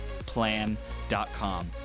plan.com